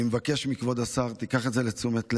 אני מבקש מכבוד השר: תיקח את זה לתשומת לב.